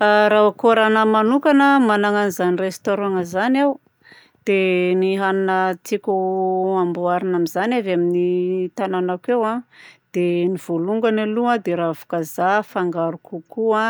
Raha ôkôra nahy magnokana manana an'izany restaurant izany aho dia ny hanina tiako ho amboarina amin'izany a avy amin'ny tananako eo a dia ny voalongany aloha dia ny ravi-kazà afangaro kokoho a